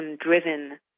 driven